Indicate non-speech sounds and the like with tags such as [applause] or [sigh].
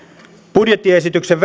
budjettiesityksen [unintelligible]